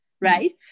right